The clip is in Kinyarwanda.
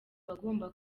bagomba